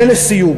ולסיום